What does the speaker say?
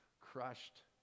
crushed